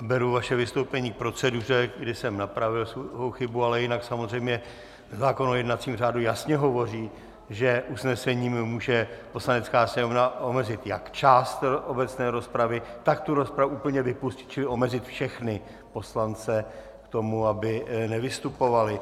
Beru vaše vystoupení k proceduře, kdy jsem napravil svoji chybu, ale jinak samozřejmě zákon o jednacím řádu jasně hovoří, že usnesením může Poslanecká sněmovna omezit jak část obecné rozpravy, tak tu rozpravu úplně vypustit, čili omezit všechny poslance tak, aby nevystupovali.